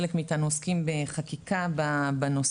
חלק מאיתנו עוסקים בחקיקה בנושא.